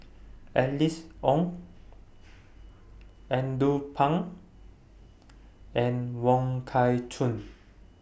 Alice Ong Andrew Phang and Wong Kah Chun